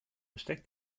steckt